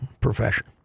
profession